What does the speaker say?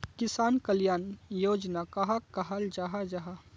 किसान कल्याण योजना कहाक कहाल जाहा जाहा?